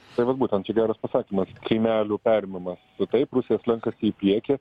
tai vat būtent čia geras pasakymas kiemelių perėmimas taip rusija slenkasi į priekį